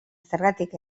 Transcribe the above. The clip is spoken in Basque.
zergatik